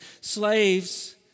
slaves